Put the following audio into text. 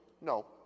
No